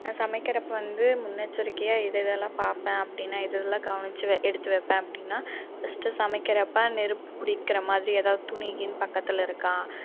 நான் சமைக்கிறப்போ வந்து முன்னெச்செரிக்கையாக எதெதெல்லாம் பார்ப்பேன் அப்ப்டினா எதெதெல்லாம் கவனிச்சி எடுத்து வைப்பேன் அப்படினா ஃபர்ஸ்டு சமைக்கிறப்போ நெருப்புப் பிடிக்கிறமாதிரி ஏதாவது துணிகிணி பக்கத்தில் இருக்கா